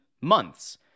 months